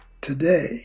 today